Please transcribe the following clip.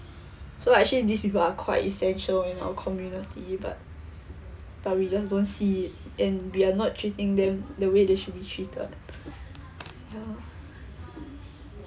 so actually these people are quite essential in our community but but we just don't see and we are not treating them the way they should be treated ya